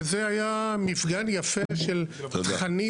וזה היה מפגן יפה של תכנים.